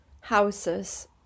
houses